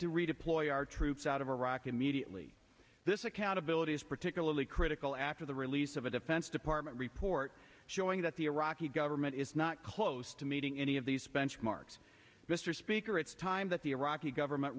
to redeploy our troops out of iraq immediately this accountability is particularly critical after the release of a defense department report showing that the iraqi government is not close to meeting any of these benchmarks mr speaker it's time that the iraqi government